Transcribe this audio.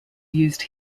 used